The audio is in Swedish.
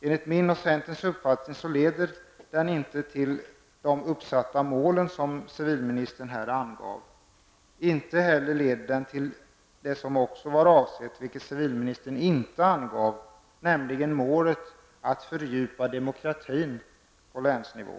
Enligt min och centerns uppfattning leder reformen inte till de uppsatta målen som civilministern angav. Den leder inte heller till det som också var avsett, och som civilministern inte angav, nämligen målet att fördjupa demokratin på länsnivå.